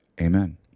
Amen